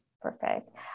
Perfect